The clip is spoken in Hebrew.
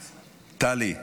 טלי,